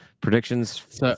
predictions